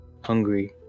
hungry